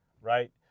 right